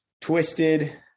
twisted